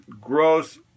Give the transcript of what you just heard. gross